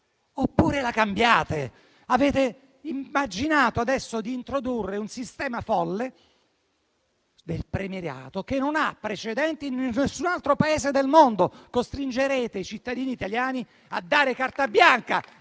oppure la cambiate. Avete immaginato adesso di introdurre un sistema folle di premierato, che non ha precedenti in nessun altro Paese del mondo. Costringerete i cittadini italiani a dare carta bianca